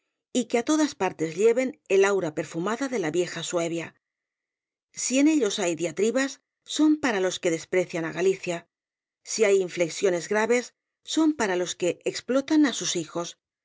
y que á todas partes lleven el aura perfumada de la vieja suevia si en ellos hay diatribas son para los que desprecian á galicia si hay inflexiones graves son para los que explotan á sus hijos